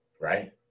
right